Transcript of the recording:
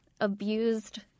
abused